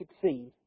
succeed